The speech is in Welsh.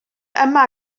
yma